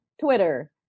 Twitter